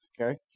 okay